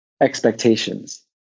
expectations